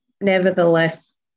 nevertheless